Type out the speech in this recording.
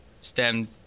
STEM